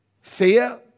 Fear